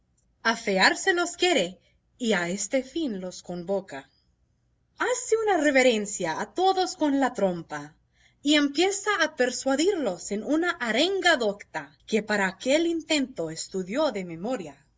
reforma afeárselos quiere y a este fin los convoca hace una reverencia a todos con la trompa y empieza a persuadirlos en una arenga docta que para aquel intento estudió de memoria